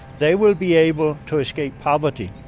they will be able to escape poverty.